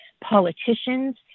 politicians